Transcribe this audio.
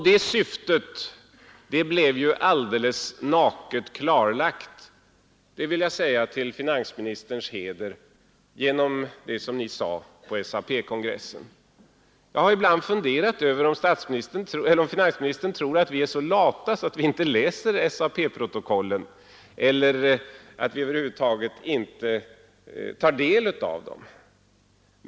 Det syftet blev ju alldeles naket klarlagt — det vill jag säga till finansministerns heder — genom det som finansministern sade på SAP-kongressen. Jag har ibland funderat över om finansministern tror att vi är så lata att vi inte läser SAP-protokollen — att vi över huvud taget inte tar del av dem.